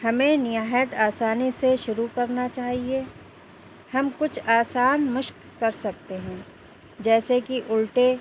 ہمیں نہایت آسانی سے شروع کرنا چاہیے ہم کچھ آسان مشق کر سکتے ہیں جیسے کہ الٹے